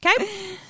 Okay